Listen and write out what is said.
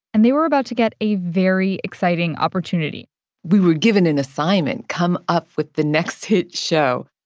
and they were about to get a very exciting opportunity we were given an assignment come up with the next hit show